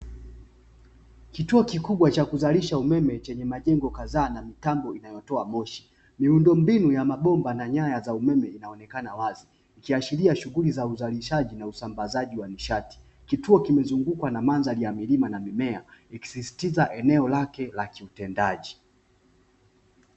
Kituo kikubwa cha kuzalisha umeme chenye majengo kadhaa na mitambo inayotoa moshi. Miundombinu ya mabomba na nyaya za umeme inaonekana wazi, ikiashiria shughuli za uzalishaji na usambazaji wa nishati. Kituo kimezungukwa na mandhari ya milima na mimea ikisisitiza eneo lake la kiutendaji.